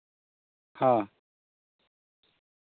ᱦᱮᱸ